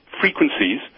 frequencies